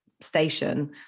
station